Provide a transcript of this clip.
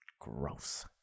Gross